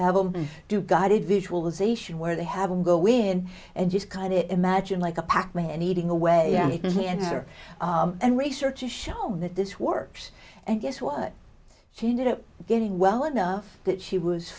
have do guided visualization where they have them go in and just kind it imagine like a pac man eating away and her and research has shown that this works and guess what she ended up getting well enough that she was